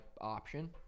option